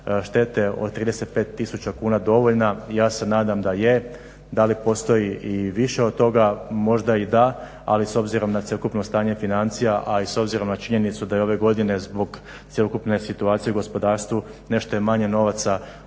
štete od 35000 kuna dovoljna ja se nadam da je. Da li postoji i više od toga. Možda i da, ali s obzirom na cjelokupno stanje financija, a i s obzirom na činjenicu da je ove godine zbog cjelokupne situacije u gospodarstvu nešto je manje novaca